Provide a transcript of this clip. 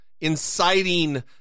inciting